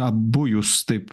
abu jus taip